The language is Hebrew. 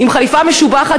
עם חליפה משובחת,